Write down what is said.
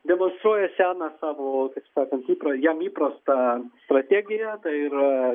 demonstruoja seną savo taip sakant įpra jam įprastą strategiją tai yra